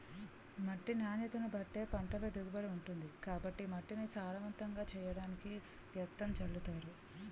మట్టి నాణ్యతను బట్టే పంటల దిగుబడి ఉంటుంది కాబట్టి మట్టిని సారవంతంగా చెయ్యడానికి గెత్తం జల్లుతారు